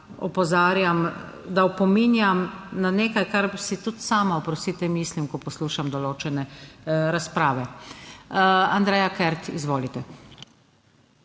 da opominjam na nekaj, kar si tudi sama oprostite, mislim ko poslušam določene razprave. Andreja Kert, izvolite.